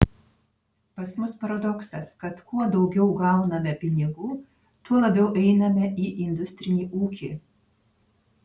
pas mus paradoksas kad kuo daugiau gauname pinigų tuo labiau einame į industrinį ūkį